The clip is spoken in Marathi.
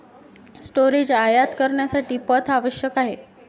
स्टोरेज आयात करण्यासाठी पथ आवश्यक आहे